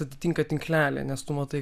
atitinka tinklelį nes tu matai